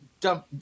dump